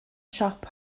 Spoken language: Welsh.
siop